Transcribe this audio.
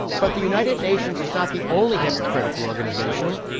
but the united nations is not the only hypocritical organization.